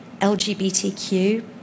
LGBTQ